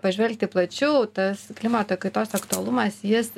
pažvelgti plačiau tas klimato kaitos aktualumas jis